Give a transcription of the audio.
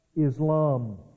Islam